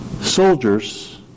soldiers